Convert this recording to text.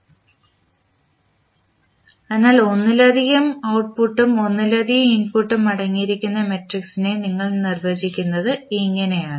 അതിനാൽ ഒന്നിലധികം ഔട്ട്പുട്ടും ഒന്നിലധികം ഇൻപുട്ടും അടങ്ങിയിരിക്കുന്ന മാട്രിക്സിനെ നിങ്ങൾ നിർവചിക്കുന്നത് ഇങ്ങനെയാണ്